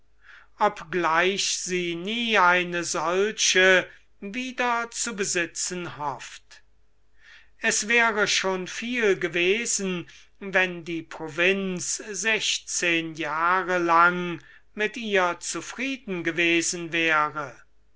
obgleich sie nie eine solche hofft es wäre schon viel gewesen wenn die provinz sechszehn jahre lang mit ihr zufrieden gewesen wäre